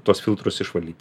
tuos filtrus išvalyti